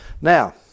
Now